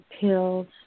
pills